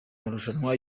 marushanwa